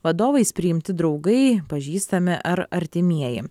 vadovais priimti draugai pažįstami ar artimieji